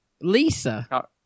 Lisa